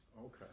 Okay